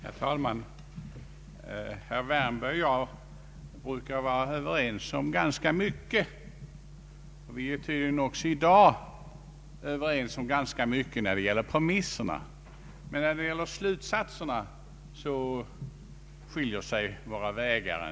Herr talman! Herr Wärnberg och jag brukar vara överens om ganska mycket. Vi är tydligen också i dag överens om ganska mycket i fråga om premisserna. Men när det gäller slutsatserna skiljer sig våra vägar.